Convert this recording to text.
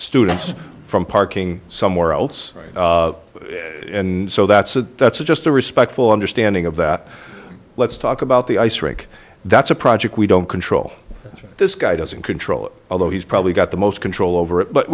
students from parking somewhere else so that's a that's just a respectful understanding of that let's talk about the ice rink that's a project we don't control this guy doesn't control although he's probably got the most control over it